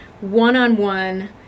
one-on-one